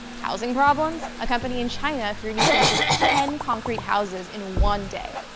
housing problems? a company in china three d printed ten concrete houses in one day.